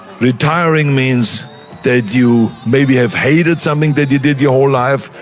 retiring means that you, maybe have hated something that you did your whole life.